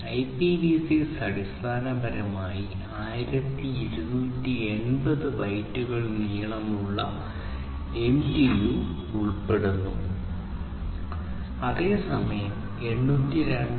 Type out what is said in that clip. IPv6 അടിസ്ഥാനപരമായി 1280 ബൈറ്റുകൾ നീളമുള്ള MTU ഉൾപ്പെടുന്നു അതേസമയം 802